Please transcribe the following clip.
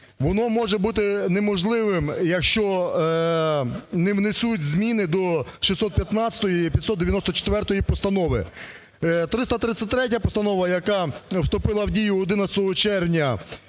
Воно може бути неможливим, якщо не внесуть зміни до 615 і 594 Постанови. 333 Постанова, яка вступила в дію 11 червня,